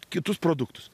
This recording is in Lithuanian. kitus produktus